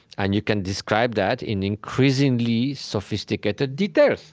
and you can describe that in increasingly sophisticated detail.